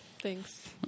Thanks